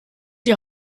die